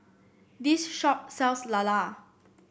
this shop sells lala